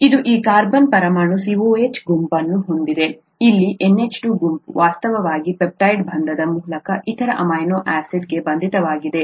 ಇದು ಈ ಕಾರ್ಬನ್ ಪರಮಾಣು COOH ಗುಂಪನ್ನು ಹೊಂದಿದೆ ಇಲ್ಲಿ NH2 ಗುಂಪು ವಾಸ್ತವವಾಗಿ ಪೆಪ್ಟೈಡ್ ಬಂಧದ ಮೂಲಕ ಇತರ ಅಮೈನೋ ಆಸಿಡ್ಗೆ ಬಂಧಿತವಾಗಿದೆ